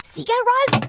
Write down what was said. see, guy raz,